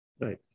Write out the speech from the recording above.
Right